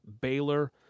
Baylor